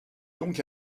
donc